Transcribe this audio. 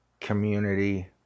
community